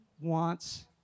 wants